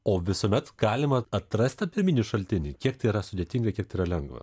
o visuomet galima atrasti tą pirminį šaltinį kiek tai yra sudėtinga kiek tai yra lengva